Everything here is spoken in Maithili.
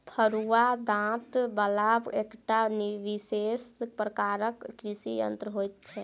फरूआ दाँत बला एकटा विशेष प्रकारक कृषि यंत्र होइत छै